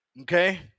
Okay